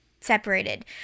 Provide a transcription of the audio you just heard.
separated